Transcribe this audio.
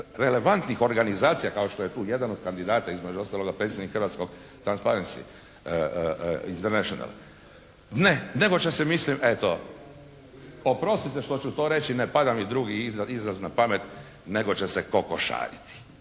relevantnih organizacija kao što je tu jedan od kandidata između ostaloga predsjednik Hrvatskog Transparency International. Ne, nego će se mislim eto, oprostite što ću to reći. Ne pada mi drugi izraz na pamet nego će se kokošariti.